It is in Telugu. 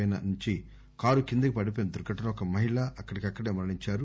పై నుంచి కారు కిందకి పడిపోయిన దుర్ఘటనలో ఒక మహిళ అక్కడిక్కడే మరణించారు